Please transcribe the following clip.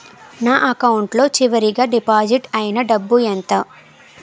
నా అకౌంట్ లో చివరిగా డిపాజిట్ ఐనా డబ్బు ఎంత?